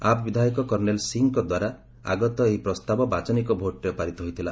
app ବିଧାୟକ ଜର୍ଣ୍ଣେଲ୍ ସିଂଙ୍କ ଦ୍ୱାରା ଆଗତ ଏହି ପ୍ରସ୍ତାବ ବାଚନିକ ଭୋଟ୍ରେ ପାରିତ ହୋଇଥିଲା